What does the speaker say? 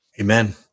Amen